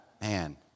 man